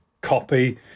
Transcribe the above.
copy